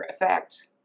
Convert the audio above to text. effect